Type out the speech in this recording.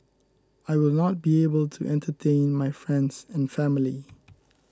I will not be able to entertain my friends and family